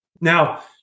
Now